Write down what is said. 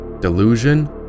delusion